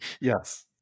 Yes